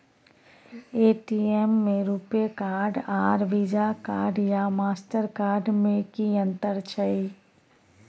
ATM में RuPay card आर Visa card या मास्टर कार्ड में कि अतंर छै?